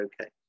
okay